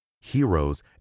heroes